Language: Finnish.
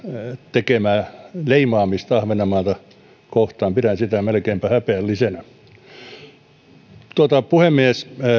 tekemää leimaamista ahvenanmaata kohtaan pidän sitä melkeinpä häpeällisenä puhemies